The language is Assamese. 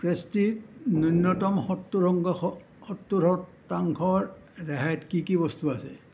পেষ্ট্ৰি ন্যূনতম সত্তৰ সত্তৰ শতাংশৰ ৰেহাইত কি কি বস্তু আছে